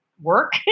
work